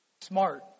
Smart